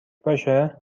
باشه